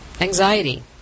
anxiety